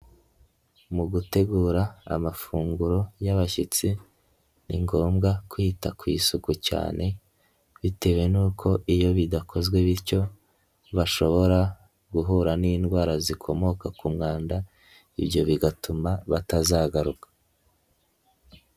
Mu gutegura amafunguro y'abashyitsi, ni ngombwa kwita ku isuku cyane bitewe n'uko iyo bidakozwe bityo, bashobora guhura n'indwara zikomoka ku mwanda, ibyo bigatuma batazagaruka.